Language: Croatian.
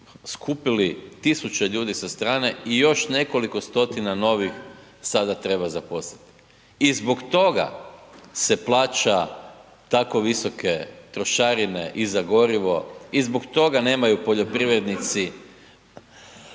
skupili tisuće ljudi sa strane i još nekoliko stotina novih sada treba zaposliti i zbog toga se plaća tako visoke trošarine i za gorivo i zbog toga nemaju poljoprivrednici